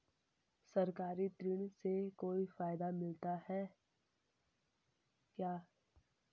सरकारी ऋण से कोई फायदा मिलता है क्या?